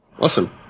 Awesome